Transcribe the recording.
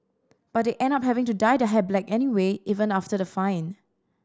but they end up having to dye their hair black anyway even after the fine